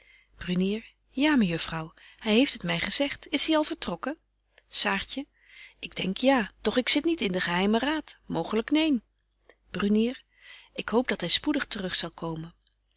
brunier ja mejuffrouw hy heeft het my gezegt is hy al vertrokken betje wolff en aagje deken historie van mejuffrouw sara burgerhart saartje ik denk ja doch ik zit niet in den geheimen raad mooglyk neen brunier ik hoop dat hy spoedig te rug zal komen